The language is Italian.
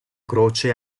croce